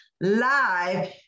live